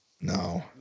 No